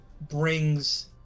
brings